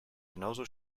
genauso